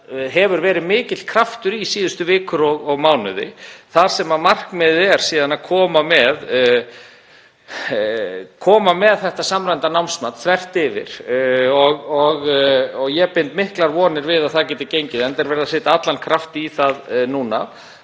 hafi verið í því síðustu vikur og mánuði. Markmiðið er síðan að koma með samræmt námsmat þvert yfir og ég bind miklar vonir við að það geti gengið, enda er verið að setja allan kraft í það núna.